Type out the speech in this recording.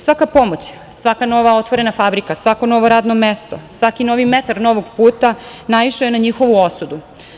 Svaka pomoć, svaka nova otvorena fabrika, svako novo radno mesto, svaki novi metar novog puta naišao je na njihovu osudu.